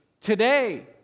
today